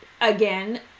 again